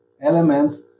elements